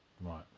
Right